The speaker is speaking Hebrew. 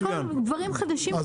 הכול דברים חדשים.